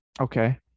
Okay